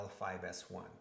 L5S1